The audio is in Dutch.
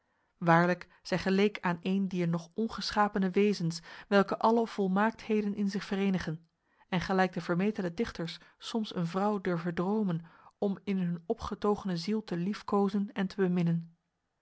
waarlijk zij geleek aan een dier nog ongeschapene wezens welke alle volmaaktheden in zich verenigen en gelijk de vermetele dichters soms een vrouw durven dromen om in hun opgetogene ziel te liefkozen en te beminnen